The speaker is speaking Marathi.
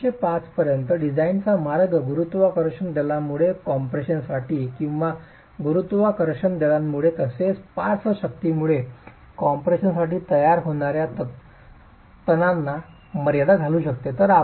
1905 पर्यंत डिझाइनचा मार्ग गुरुत्वाकर्षण दलांमुळे कम्प्रेशनसाठी किंवा गुरुत्वाकर्षण दलांमुळे तसेच पार्श्वशक्तीमुळे कॉम्प्रेशनसाठी तयार होणाऱ्या ताणांना मर्यादा घालून आहे